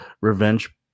Revenge